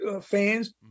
fans